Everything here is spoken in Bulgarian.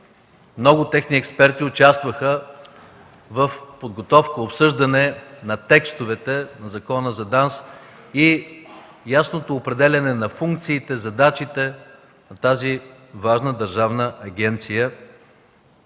Много техни експерти участваха в подготовката и обсъждането на текстовете по Закона за ДАНС и ясното определяне на функциите и задачите в тази важна държавна агенция.